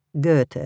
Goethe